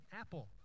apple